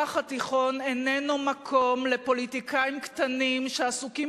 המזרח התיכון איננו מקום לפוליטיקאים קטנים שעסוקים